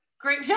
Great